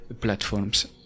platforms